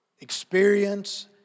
experience